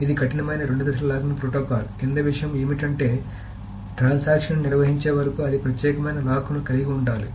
ఇది కఠినమైన రెండు దశల లాకింగ్ ప్రోటోకాల్ కింది విషయం ఏమిటంటే ట్రాన్సాక్షన్ ని నిర్వహించే వరకు అది ప్రత్యేకమైన లాక్లను కలిగి ఉండాలి